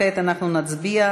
כעת אנחנו נצביע,